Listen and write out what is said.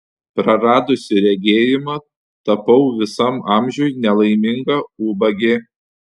praradusi regėjimą tapau visam amžiui nelaiminga ubagė